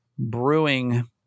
Brewing